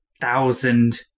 Thousand